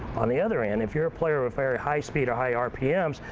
on the other end, if you're a player with very high speed or high rpms,